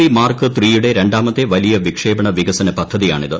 V mark ട യുടെ രണ്ടാമത്തെ വലിയ വിക്ഷേപണ വികസന പ്പദ്ധതിയാണ് ഇത്